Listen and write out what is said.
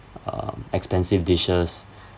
um expensive dishes